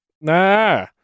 Nah